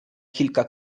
kilka